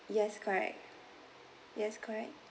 yes correct yes correct